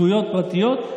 זכויות פרטיות,